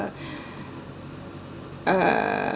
uh